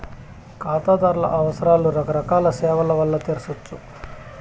కాతాదార్ల అవసరాలు రకరకాల సేవల్ల వల్ల తెర్సొచ్చు